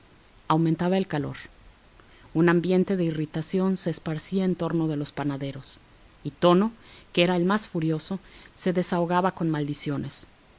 aumentaba el calor un ambiente de irritación se esparcía en torno de los panaderos y tono que era el más furioso se desahogaba con maldiciones